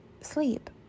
sleep